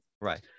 Right